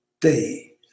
day